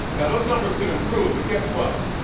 yeah those numbers can improve, but guess what.